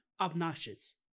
obnoxious